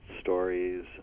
stories